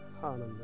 Hallelujah